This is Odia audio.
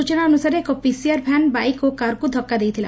ସୂଚନା ଅନୁସାରେ ଏକ ପିସିଆର୍ ଭ୍ୟାନ୍ ବାଇକ୍ ଓ କାର୍କୁ ଧକ୍କ ଦେଇଥିଲା